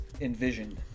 envisioned